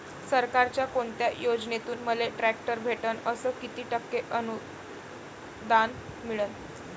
सरकारच्या कोनत्या योजनेतून मले ट्रॅक्टर भेटन अस किती टक्के अनुदान मिळन?